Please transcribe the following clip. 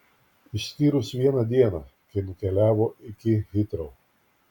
išskyrus vieną dieną kai nukeliavo iki hitrou